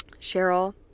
Cheryl